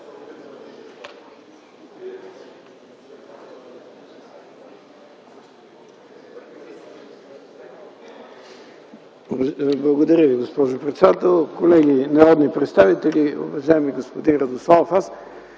Благодаря Ви, госпожо председател. Колеги народни представители! Уважаеми господин Радославов,